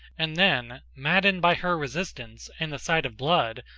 and then, maddened by her resistance and the sight of blood,